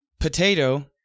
Potato